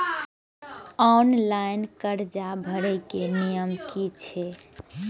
Online कर्जा भरे के नियम की छे?